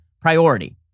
priority